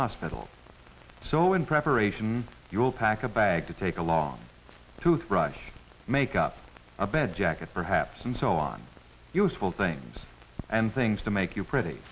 hospital so in preparation you will pack a bag to take along tooth brush make up a bed jacket perhaps and so on useful things and things to make you pretty